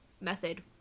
method